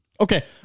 Okay